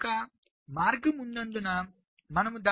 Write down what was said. కనుక మార్గం ఉన్నందున మనము దానిని చూడగలుగుతాము